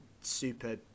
super